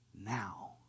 now